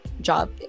job